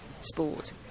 sport